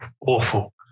Awful